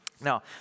Now